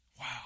Wow